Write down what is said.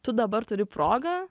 tu dabar turi progą